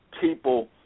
people